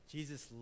Jesus